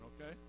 okay